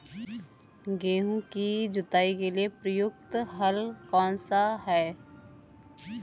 गेहूँ की जुताई के लिए प्रयुक्त हल कौनसा है?